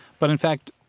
but, in fact,